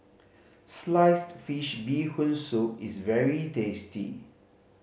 sliced fish Bee Hoon Soup is very tasty